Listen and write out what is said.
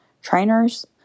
trainers